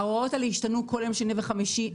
ההוראות האלה השתנו כל שני וחמישי.